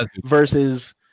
versus